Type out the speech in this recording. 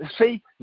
See